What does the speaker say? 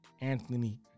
Anthony